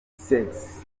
sex